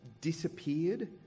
disappeared